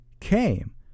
came